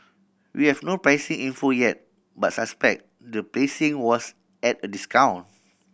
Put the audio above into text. we have no pricing info yet but suspect the placing was at a discount